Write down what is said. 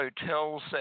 hotels